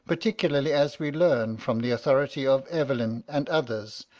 particularly as we learn from the authority of evelyn and others,